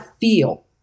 feel